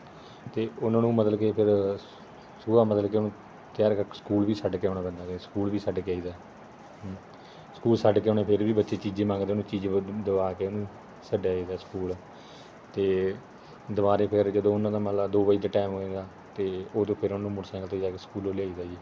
ਅਤੇ ਉਹਨਾਂ ਨੂੰ ਮਤਲਬ ਕਿ ਫਿਰ ਸੁਬਾਹ ਮਤਲਬ ਕਿ ਉਹਨੂੰ ਤਿਆਰ ਕਰਕੇ ਸਕੂਲ ਵੀ ਛੱਡ ਕੇ ਆਉਣਾ ਪੈਂਦਾ ਸਕੂਲ ਵੀ ਛੱਡ ਕੇ ਆਈਦਾ ਸਕੂਲ ਛੱਡ ਕੇ ਆਉਂਦੇ ਫੇਰ ਵੀ ਬੱਚੇ ਚੀਜ਼ੀ ਮੰਗਦੇ ਉਹਨੂੰ ਚੀਜ਼ੀ ਦਿਵਾ ਕੇ ਉਹਨੂੰ ਛੱਡਿਆ ਜਾਂਦਾ ਸਕੂਲ ਅਤੇ ਦੁਬਾਰਾ ਫਿਰ ਜਦੋਂ ਉਹਨਾਂ ਦਾ ਮਤਲਬ ਦੋ ਵਜੇ ਦਾ ਟਾਈਮ ਹੋਏਗਾ ਅਤੇ ਉਦੋਂ ਫਿਰ ਉਹਨਾਂ ਨੂੰ ਮੋਟਰਸਾਈਕਲ 'ਤੇ ਜਾ ਕੇ ਸਕੂਲੋਂ ਲਿਆਈਦਾ ਜੀ